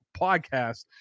Podcast